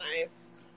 Nice